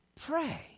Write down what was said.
Pray